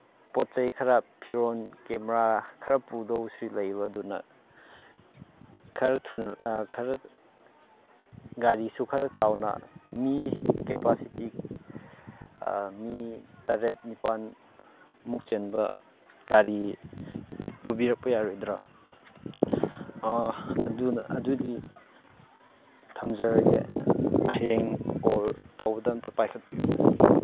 ꯄꯣꯠ ꯆꯩ ꯈꯔ ꯐꯤꯔꯣꯟ ꯀꯦꯃꯔꯥ ꯈꯔ ꯄꯨꯗꯧꯕꯁꯨ ꯂꯩꯕ ꯑꯗꯨꯅ ꯈꯔ ꯈꯔ ꯒꯥꯔꯤꯁꯨ ꯈꯔ ꯆꯥꯎꯅ ꯃꯤꯁꯤ ꯀꯦꯄꯥꯁꯤꯇꯤ ꯃꯤ ꯇꯔꯦꯠ ꯅꯤꯄꯥꯜꯃꯨꯛ ꯆꯟꯕ ꯒꯥꯔꯤ ꯄꯨꯕꯤꯔꯛꯄ ꯌꯥꯔꯣꯏꯗ꯭ꯔ ꯑꯗꯨꯅ ꯑꯗꯨꯗꯤ ꯊꯝꯖꯔꯒꯦ ꯍꯌꯦꯡ ꯀꯣꯜ ꯇꯧꯕꯗ ꯑꯝꯇ ꯄꯥꯏꯈꯠꯄꯤꯌꯨ